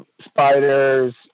spiders